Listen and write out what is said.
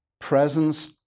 presence